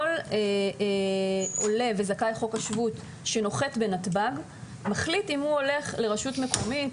כל עולה וזכאי חוק השבות שנוחת בנתב"ג מחליט אם הוא הולך לרשות מקומית,